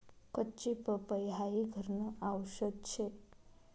कच्ची पपई हाई घरन आवषद शे